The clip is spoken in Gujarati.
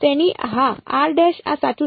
તેની હા આ સાચું છે